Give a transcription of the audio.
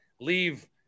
leave